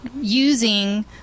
using